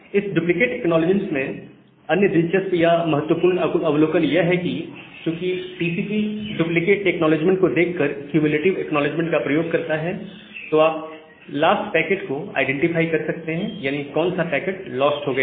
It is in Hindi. इस डुप्लीकेट एक्नॉलेजमेंट में अन्य दिलचस्प या महत्वपूर्ण अवलोकन यह है कि चूकि टीसीपी डुप्लीकेट एक्नॉलेजमेंट को देखकर कम्युलेटिव एक्नॉलेजमेंट का प्रयोग करता है तो आप लास्ट पैकेट को आईडेंटिफाई कर सकते हैं यानी कौन सा पैकेट लॉस्ट हो गया है